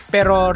Pero